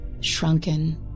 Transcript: shrunken